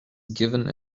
given